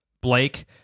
blake